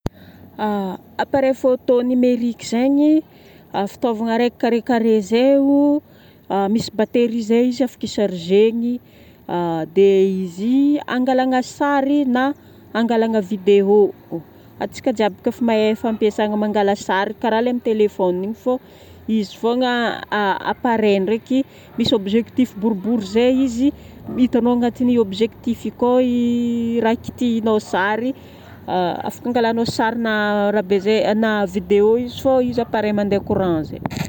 Appareil photo numérique zegny, fitaovagna raiky carrécarré zay io, misy batterie zay izy afaka ichargegny. Dia izy angalagna sary na angalagna video. Antsika jiaby koa efa mahay ny fampiasagna mangala sary karaha lay amin'ny téléphone igny fô izy fogna appareil ndraiky misy objectif boribory zay izy. Hitanao agnatin'io objectif io koa i raha ikitihinao sary. Afaka angalagnao sary na ra be zay- na video izy fô izy appareil mandeha courant